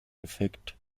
effekt